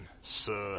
Sir